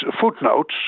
footnotes